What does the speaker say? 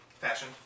Fashion